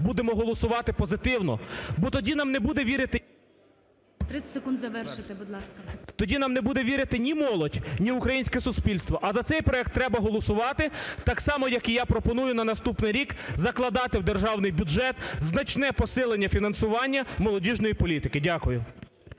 будь ласка. КРУЛЬКО І.І. Тоді нам не буде вірити ні молодь, ні українське суспільство. А за цей проект треба голосувати, так само як і я пропоную на наступний рік закладати в державний бюджет значне посилення фінансування молодіжної політики. Дякую.